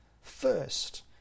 first